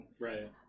Right